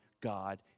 God